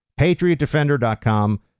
Patriotdefender.com